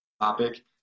topic